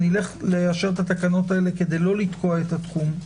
שנלך לאשר את התקנות האלה כדי לא לתקוע את התחום,